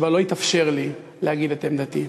שבו לא התאפשר לי להגיד את עמדתי.